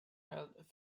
held